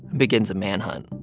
begins a manhunt.